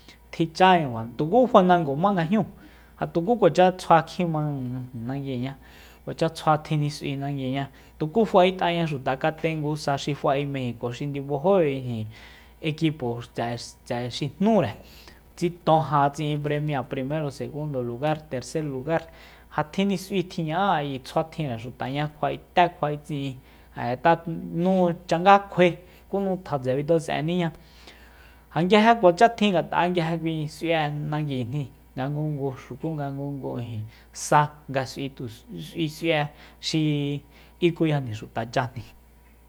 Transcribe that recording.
Tichañakua tuku fanango ma nga jñúu ja tuku kuacha ts'jua kjima nanguiña kuacha tsjua tjinis'ui nanguiña tuku fa'e'taña xuta katengu sa xi fa'e mejico xi ndibajo ijin equipo tse'e- tse'e xi jnúre tsiton ja tsi'in premia primero segundo kugar tercer lugar ja tjinis'ui tjiña'a ayi tsjuatjinre xutaña kjua'e té kjua'e tsi'in ngat'a nu changá kjuae ku nu tjatse bitjas'enníña ja nguije kuacha tjin ngat'a nguije kui s'ui'e nanguijni nga ngungu xuku nga ngungu ijin sa nga xi s'ui'e xi ikuyajni xuta chájni